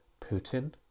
Putin